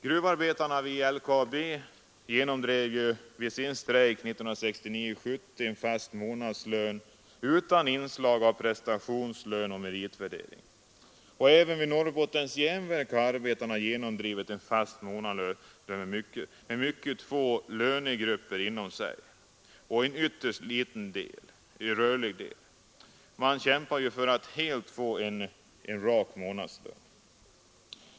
Gruvarbetarna vid LKAB genomdrev vid sin strejk 1969—1970 en fast månadslön utan inslag av prestationslön och meritvärdering. Även vid Norrbottens Järnverk har arbetarna genomdrivit en fast månadslön med mycket få lönegrupper och en ytterst liten rörlig del, och man kämpar för att få en ”rak” månadslön.